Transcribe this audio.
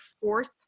fourth